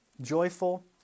Joyful